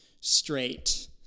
straight